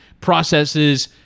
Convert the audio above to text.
processes